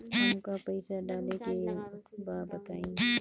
हमका पइसा डाले के बा बताई